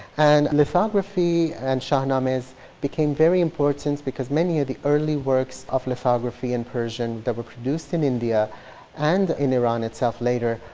and lithography and shahnamehs became very important because many of the early works of lithography in persian that were produced in india and in iran itself later,